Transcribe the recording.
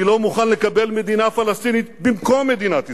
אני לא מוכן לקבל מדינה פלסטינית במקום מדינת ישראל.